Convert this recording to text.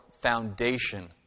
foundation